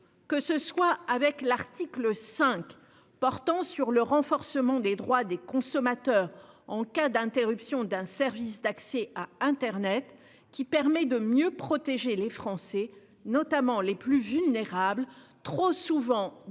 en particulier à l'article 5 relatif au renforcement des droits des consommateurs en cas d'interruption d'un service d'accès à internet, qui permettra de mieux protéger les Français, notamment les plus vulnérables, trop souvent démunis